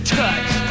touch